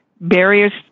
barriers